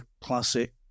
classic